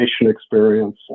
experience